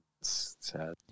sad